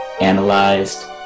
analyzed